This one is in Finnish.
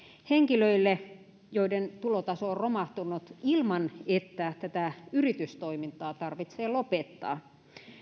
henkilöille joiden tulotaso on romahtanut ilman että tätä yritystoimintaa tarvitsee lopettaa